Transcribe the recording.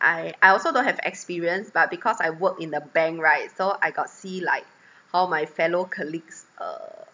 I I also don't have experience but because I work in a bank right so I got see like how my fellow colleagues uh